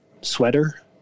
sweater